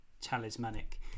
talismanic